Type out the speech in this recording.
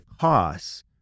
costs